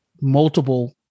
multiple